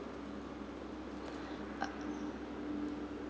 uh